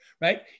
right